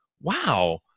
wow